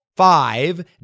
Five